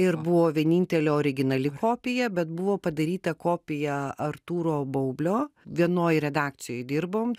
ir buvo vienintelė originali kopija bet buvo padaryta kopija artūro baublio vienoj redakcijoj dirbom